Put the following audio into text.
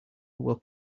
were